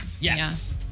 Yes